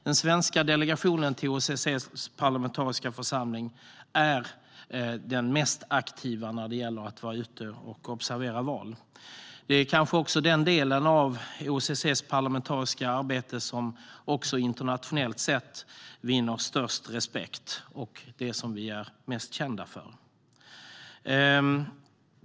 Den svenska delegationen till OSSE:s parlamentariska församling är den mest aktiva när det gäller att vara ute och observera val. Det är kanske den delen av OSSE:s parlamentariska arbete som internationellt sett vinner störst respekt och som vi är mest kända för.